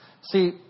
See